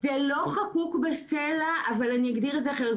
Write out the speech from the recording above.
זה לא חקוק בסלע אבל אני אגדיר את זה אחרת.